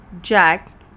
Jack